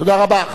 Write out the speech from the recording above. תודה רבה.